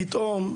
פתאום,